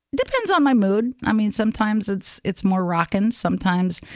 depends on my mood. i mean, sometimes it's it's more rockin. sometimes,